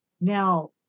Now